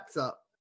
up